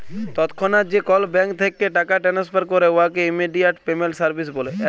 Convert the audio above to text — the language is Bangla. তৎক্ষণাৎ যে কল ব্যাংক থ্যাইকে টাকা টেনেসফার ক্যরে উয়াকে ইমেডিয়াতে পেমেল্ট সার্ভিস ব্যলে